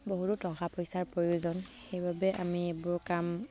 বহুতো টকা পইচাৰ প্ৰয়োজন সেইবাবে আমি এইবোৰ কাম